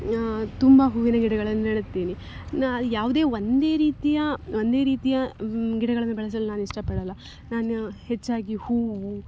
ತುಂಬ ಹೂವಿನ ಗಿಡಗಳನ್ನು ನೆಡ್ತೀನಿ ನಾ ಯಾವುದೇ ಒಂದೇ ರೀತಿಯ ಒಂದೇ ರೀತಿಯ ಗಿಡಗಳನ್ನು ಬೆಳೆಸಲು ನಾನಿಷ್ಟಪಡಲ್ಲ ನಾನು ಹೆಚ್ಚಾಗಿ ಹೂವು